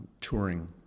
touring